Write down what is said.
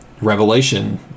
revelation